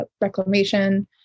reclamation